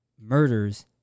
murders